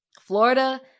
Florida